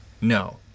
No